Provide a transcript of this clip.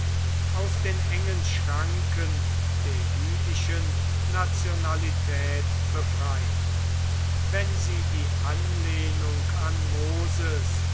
aus den engen schranken der jüdischen nationalität befreit wenn sie die anlehnung an moses